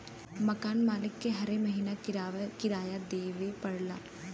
मकान मालिक के हरे महीना किराया देवे पड़ऽला